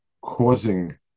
causing